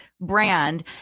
brand